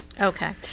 Okay